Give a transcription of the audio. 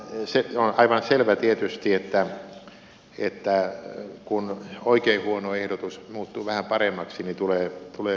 se on aivan selvä tietysti että kun oikein huono ehdotus muuttuu vähän paremmaksi niin tulee hyvä mieli